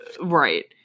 Right